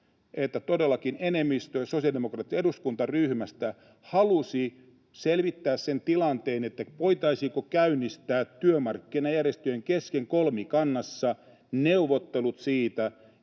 että todellakin enemmistö sosiaalidemokraattien eduskuntaryhmästä halusi selvittää sen tilanteen, voitaisiinko käynnistää työmarkkinajärjestöjen kesken kolmikannassa neuvottelut siitä,